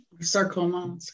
Sarcoma